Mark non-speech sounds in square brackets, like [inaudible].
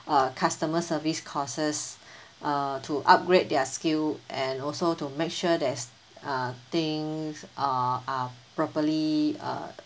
uh customer service courses [breath] uh to upgrade their skill and also to make sure that's uh things are are properly uh